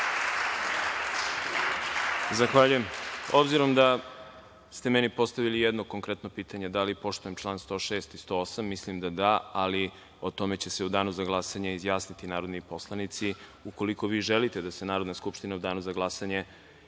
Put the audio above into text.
Zahvaljujem. Obzirom da ste meni postavili jedno konkretno pitanje, da li poštujem član 106. i 108? Mislim da, da, ali o tome će se u danu za glasanje izjasniti narodni poslanici. Ukoliko vi želite da se Narodna skupština u danu za glasanje izjasni